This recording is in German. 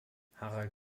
harald